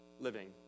living